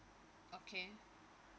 okay